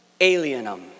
alienum